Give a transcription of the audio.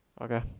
Okay